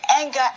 anger